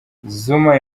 zuma